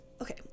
Okay